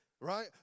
right